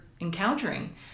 encountering